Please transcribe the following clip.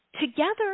together